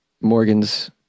Morgan's